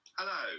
Hello